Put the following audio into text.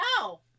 no